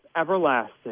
everlasting